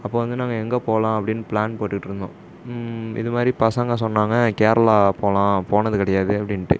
அப்போது வந்து நாங்கள் எங்கே போகலாம் அப்படின்னு பிளான் போட்டுகிட்டு இருந்தோம் இது மாதிரி பசங்க சொன்னாங்க கேரளா போகலாம் போனது கிடையாது அப்படின்ட்டு